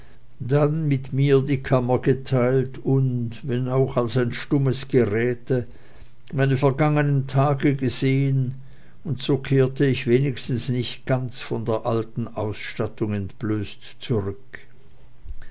dann mit mir die kammer geteilt und wenn auch als ein stummes geräte meine vergangenen tage gesehen und so kehrte ich wenigstens nicht ganz vor der alten ausstattung entblößt zurück